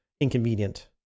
inconvenient